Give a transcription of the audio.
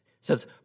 says